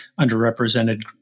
underrepresented